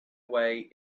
way